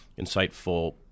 insightful